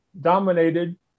dominated